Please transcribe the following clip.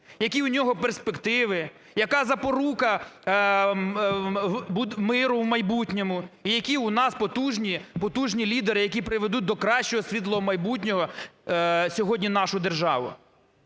які у нього перспективи, яка запорука миру в майбутньому і які у нас потужні лідери, які приведуть до кращого світлого майбутнього сьогодні нашу державу.